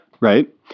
Right